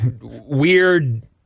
weird